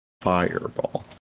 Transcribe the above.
Fireball